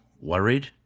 worried